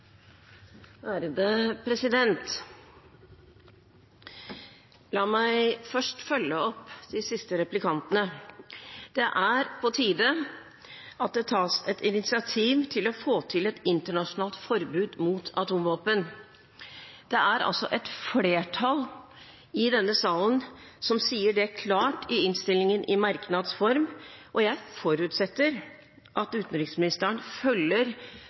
La meg først følge opp fra de siste replikantene. Det er på tide at det tas et initiativ til å få til et internasjonalt forbud mot atomvåpen. Det er altså et flertall i denne salen som sier det klart i merknads form i innstillingen. Jeg forutsetter at utenriksministeren følger